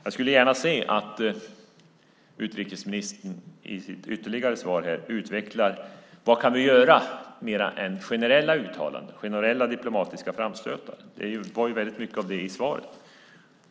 Jag skulle gärna se att utrikesministern i sitt ytterligare svar utvecklar vad vi kan göra mer än generella uttalanden och generella diplomatiska framstötar. Det var mycket av det i svaret.